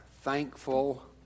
thankful